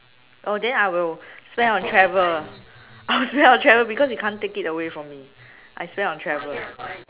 oh then I'll spend on travel I'll spend on travel because you can't take it away from me I'll spend on travel